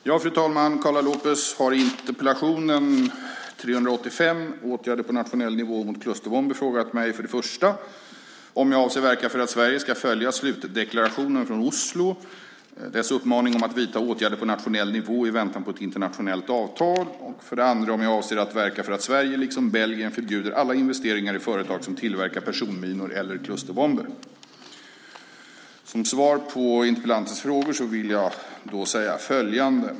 Fru talman! Karla López har i interpellationen 2006/2007:385 Åtgärder på nationell nivå mot klusterbomber frågat mig om jag avser att verka för att Sverige ska följa slutdeklarationen från Oslo och dess uppmaning om att vidta åtgärder på nationell nivå i väntan på ett internationellt avtal, och om jag avser att verka för att Sverige, liksom Belgien, förbjuder alla investeringar i företag som tillverkar personminor eller klusterbomber. Som svar på interpellantens frågor vill jag säga följande.